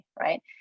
right